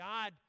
God